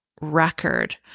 Record